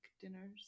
dinners